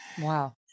Wow